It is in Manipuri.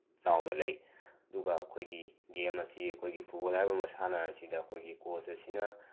ꯆꯥꯎꯅ ꯂꯩ ꯑꯗꯨꯒ ꯑꯩꯈꯣꯏꯒꯤ ꯒꯦꯝ ꯑꯁꯤ ꯑꯩꯈꯣꯏꯒꯤ ꯐꯨꯠꯕꯣꯜ ꯍꯥꯏꯔꯤꯕ ꯃꯁꯥꯟꯅ ꯑꯁꯤꯗ ꯑꯩꯈꯣꯏꯒꯤ ꯀꯣꯁ ꯑꯁꯤꯅ